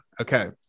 Okay